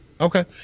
Okay